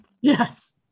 Yes